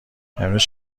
امروز